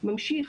ממשיך